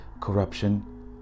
corruption